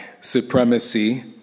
supremacy